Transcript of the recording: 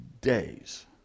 Days